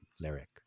lyric